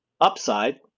upside